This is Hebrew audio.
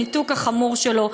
הניתוק החמור שלו,